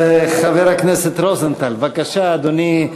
חבר הכנסת רוזנטל, בבקשה, אדוני.